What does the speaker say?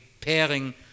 pairing